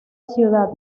ciudad